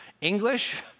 English